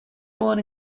born